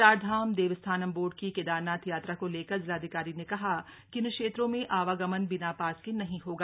Chardham Devasthanam board की केदारनाथ यात्रा को लेकर जिलाधिकारी ने कहा कि इन क्षेत्रों में आवागमन बिना पास के नहीं होगा